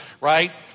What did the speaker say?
right